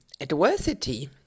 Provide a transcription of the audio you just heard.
adversity